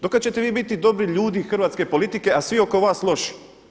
Do kada ćete vi biti dobri ljudi hrvatske politike, a svi oko vas loši?